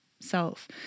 self